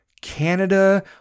Canada